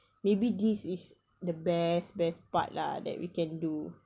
maybe this is the best best part lah that we can do